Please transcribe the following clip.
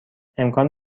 امکان